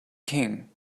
king